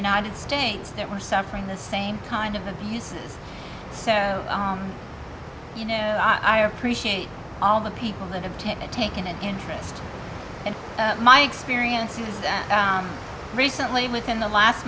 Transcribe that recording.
united states that were suffering the same kind of abuses so you know i appreciate all the people that have to take an interest in my experiences and recently within the last